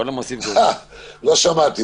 לא שמעתי.